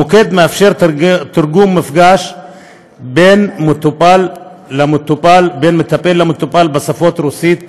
המוקד מאפשר תרגום של מפגש בין מטפל למטופל בשפות רוסית,